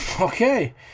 Okay